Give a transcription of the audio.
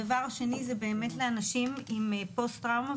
הדבר השני זה באמת לאנשים עם פוסט-טראומה.